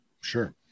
Sure